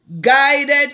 guided